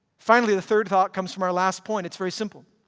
finally, the third thought comes from our last point. it's very simple.